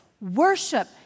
worship